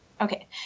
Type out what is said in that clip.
Okay